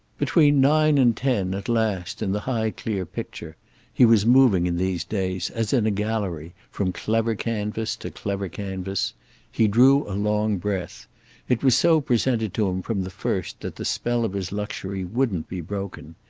between nine and ten, at last, in the high clear picture he was moving in these days, as in a gallery, from clever canvas to clever canvas he drew a long breath it was so presented to him from the first that the spell of his luxury wouldn't be broken.